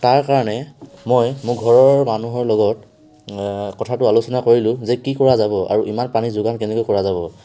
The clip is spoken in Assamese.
তাৰ কাৰণে মই মোৰ ঘৰৰ মানুহৰ লগত কথাটো আলোচনা কৰিলো যে কি কৰা যাব আৰু ইমান পানীৰ যগান কেনেকৈ কৰা যাব